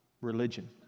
religion